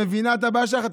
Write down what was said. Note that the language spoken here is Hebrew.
את מבינה את הבעיה שלך?